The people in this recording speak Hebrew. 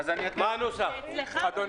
ברור